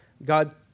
God